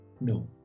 No